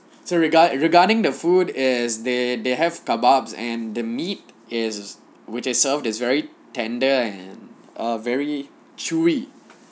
so regard regarding the food is they they have kebabs and the meat is which is served is very tender and uh very chewy